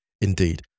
Indeed